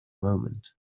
moment